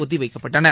ஒத்திவைக்கப்பட்டன